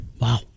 Wow